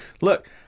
look